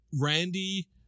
randy